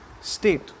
state